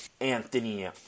anthony